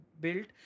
built